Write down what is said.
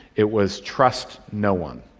it was trust no one.